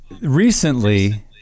recently